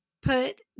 put